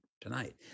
tonight